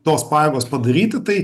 tos pajėgos padaryti tai